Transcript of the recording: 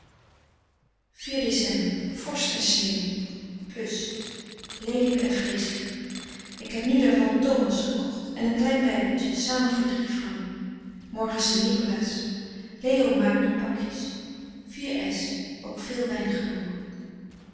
vorst en sneeuw leelijk en vreeselijk ik heb nu daarvan thomas gekocht en een klein bijbeltje samen voor drie francs morgen sint nicolaas leo maakt nu pakjes ook veel wijn gedronken